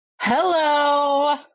Hello